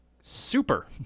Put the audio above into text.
super